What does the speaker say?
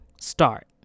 start